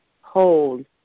hold